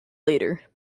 later